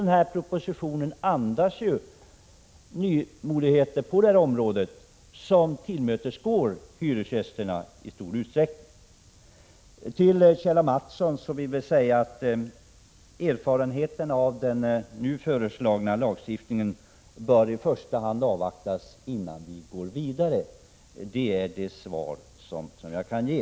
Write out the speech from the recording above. Den här propositionen andas ju nymodigheter på detta område som i stor utsträckning tillmötesgår hyresgästerna. Till Kjell A. Mattsson vill jag säga att erfarenheterna av den nu föreslagna lagstiftningen i första hand bör avvaktas innan vi går vidare. Det är det svar jag kan ge.